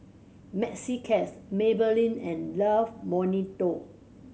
Maxi Cash Maybelline and Love Bonito